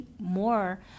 more